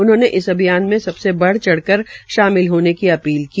उन्होंने इस अभियान में सबसे बढ़ चढ़ कर शामिल होने की अपील की